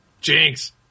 Jinx